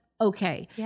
okay